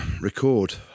record